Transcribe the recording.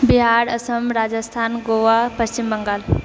Bihar Assam Rajasthan Goa Paschim Bengal